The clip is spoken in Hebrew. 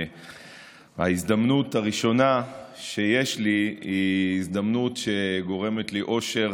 וההזדמנות הראשונה שיש לי היא הזדמנות שגורמת לי אושר